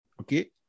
Okay